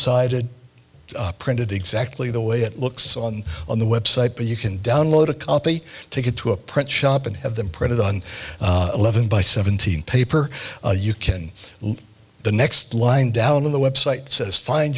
sided printed exactly the way it looks on on the website but you can download a copy take it to a print shop and have them printed on eleven by seventeen paper you can the next line down on the website says find